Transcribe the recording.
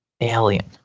alien